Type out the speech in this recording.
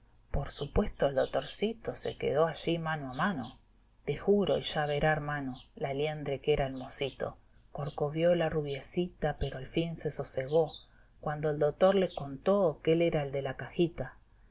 por supuesto el dotorcito se quedó allí mano a mano de juro y ya verá hermano la liendre que era el mocito corcovió la rubiecita pero al fin se sosegó cuando el dotor le contó que ál era el de la cajita